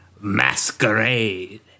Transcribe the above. Masquerade